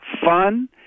fun